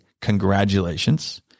Congratulations